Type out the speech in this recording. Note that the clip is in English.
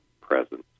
presence